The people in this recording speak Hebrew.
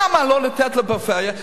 למה לא לתת לפריפריה?